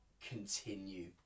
continue